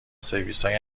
سرویسهای